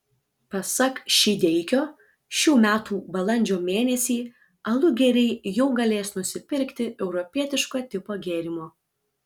pasak šydeikio šių metų balandžio mėnesį alugeriai jau galės nusipirkti europietiško tipo gėrimo